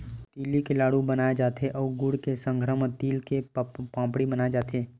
तिली के लाडू बनाय जाथे अउ गुड़ के संघरा म तिल के पापड़ी बनाए जाथे